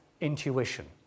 intuition